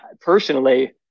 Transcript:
Personally